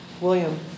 William